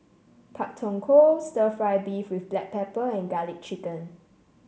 Pak Thong Ko stir fry beef with Black Pepper and garlic chicken